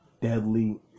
deadly